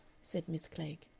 said miss klegg.